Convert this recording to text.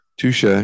Touche